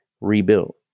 rebuilt